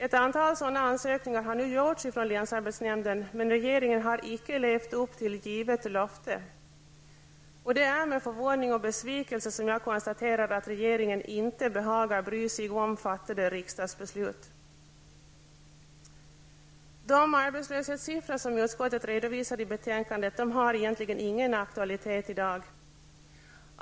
Ett antal sådana ansökningar har gjorts från länsarbetsnämnden, men regeringen har inte levt upp till givet löfte. Det är med förvåning och besvikelse jag konstaterar att regeringen inte behagar bry sig om fattade riksdagsbeslut. De arbetslöshetssiffror som utskottet redovisar i betänkandet har ingen aktualitet i dag.